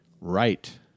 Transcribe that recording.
Right